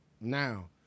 Now